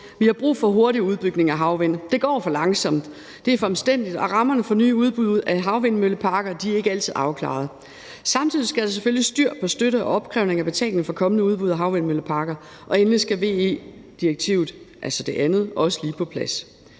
Vi har brug for hurtig udbygning af havvind. Det går for langsomt, det er for omstændeligt, og rammerne for nye udbud af havvindmølleparker er ikke altid afklarede. Samtidig skal der selvfølgelig styr på støtte og opkrævning af betaling for kommende udbud af havvindmølleparker. Og endelig skal VE-direktivet, altså det andet, også lige på plads.